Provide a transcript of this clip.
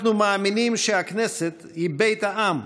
אנחנו מאמינים שהכנסת היא בית העם,